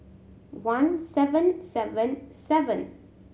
one seven seven seven